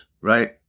right